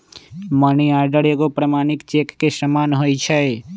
money order एगो प्रमाणिक cheque के समान होइ छै